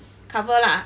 cover lah